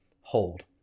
hold